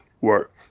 work